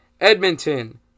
Edmonton